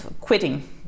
quitting